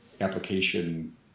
application